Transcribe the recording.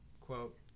quote